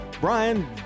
Brian